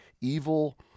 evil